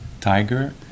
tiger